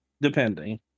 Depending